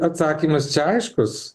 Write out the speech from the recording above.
atsakymas čia aiškus